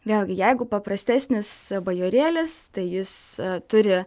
vėlgi jeigu paprastesnis bajorėlis tai jis turi